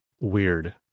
weird